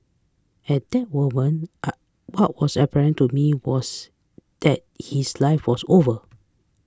at that moment what was apparent to me was that his life was over